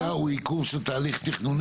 העיכוב כרגע הוא עיכוב של תהליך תכנוני?